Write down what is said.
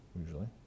usually